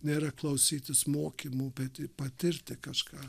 nėra klausytis mokymų bet ir patirti kažką